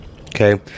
okay